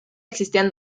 existían